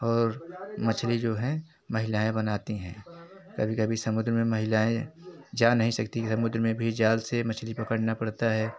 और मछली जो है महिलाएँ बनाती हैं कभी कभी समुद्र में महिलाएँ जा नहीं सकती समुद्र में भी जाल से मछली पकड़ना पड़ता है